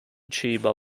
chiba